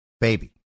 baby